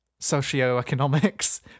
socioeconomics